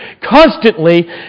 constantly